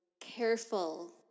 careful